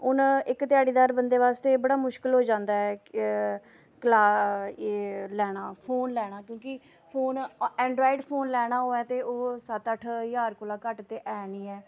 हून इक ध्याड़ीदार बंदे बास्तै बड़ा मुश्कल होई जांदा ऐ क्ला एह् लैना फोन लैना क्योंकि फोन एंड्राइड फोन लैना होऐ ते ओह् सत्त अट्ठ ज्हार कोला घट्ट ते ऐ निं ऐ